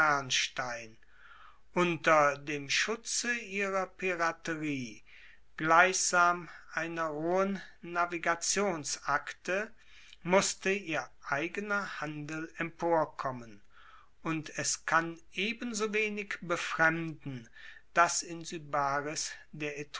unter dem schutze ihrer piraterie gleichsam einer rohen navigationsakte musste ihr eigener handel emporkommen und es kann ebensowenig befremden dass in